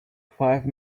five